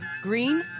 green